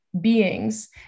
beings